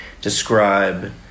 describe